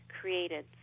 created